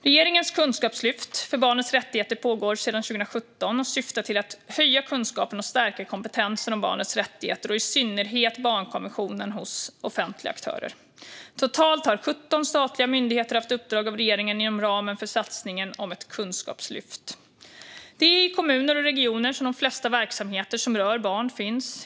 Regeringens kunskapslyft för barnets rättigheter pågår sedan 2017 och syftar till att höja kunskapen och stärka kompetensen om barnets rättigheter och i synnerhet barnkonventionen hos offentliga aktörer. Totalt har 17 statliga myndigheter haft uppdrag av regeringen inom ramen för satsningen om ett kunskapslyft. Det är i kommuner och regioner som de flesta verksamheter som rör barn finns.